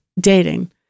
dating